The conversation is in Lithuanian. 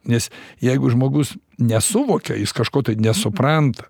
nes jeigu žmogus nesuvokia jis kažko nesupranta